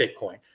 Bitcoin